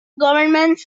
governments